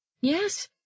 yes